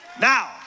Now